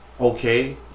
okay